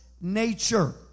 nature